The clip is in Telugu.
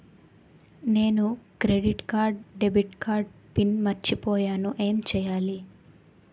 నేను క్రెడిట్ కార్డ్డెబిట్ కార్డ్ పిన్ మర్చిపోయేను ఎం చెయ్యాలి?